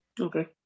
Okay